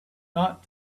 not